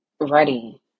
ready